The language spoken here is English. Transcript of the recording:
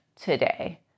today